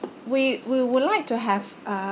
we we would like to have a